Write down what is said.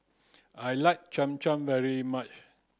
I like Cham Cham very much